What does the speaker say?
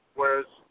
whereas